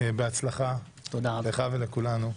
בהצלחה לך ולכולנו.